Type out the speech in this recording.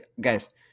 guys